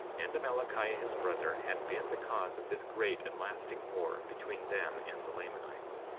and amalickiah his brother, had been the cause of this great and lasting war between them and the lamanites,